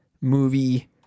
movie